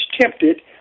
tempted